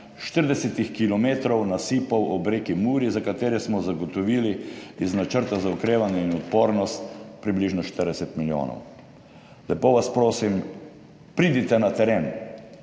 40 kilometrov nasipov ob reki Muri, za katere smo zagotovili iz načrta za okrevanje in odpornost približno 40 milijonov. Lepo vas prosim, pridite na teren,